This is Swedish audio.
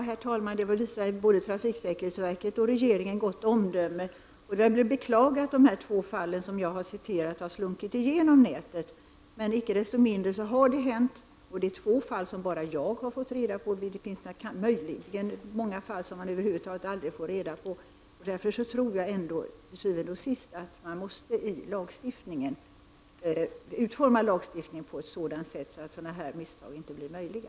Herr talman! I det fallet visade både trafiksäkerhetsverket och regeringen gott omdöme. Det är att beklaga att de två fall som jag har redogjort för har slunkit igenom nätet, men inte desto mindre har det hänt. Dessa två fall har jag fått reda på. Det kan finnas många andra fall som man över huvud taget aldrig får reda på. Jag tror därför att man til syvende og sidst måste utforma lagstiftningen på ett sådant sätt att sådana här misstag inte blir möjliga.